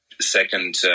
second